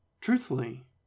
truthfully